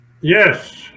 Yes